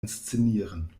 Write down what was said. inszenieren